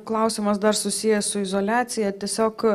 klausimas dar susijęs su izoliacija tiesiog